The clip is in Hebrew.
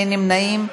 אין נמנעים.